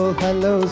hello